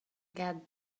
get